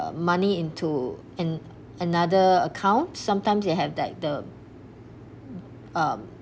money into an~ another account sometimes they have that the um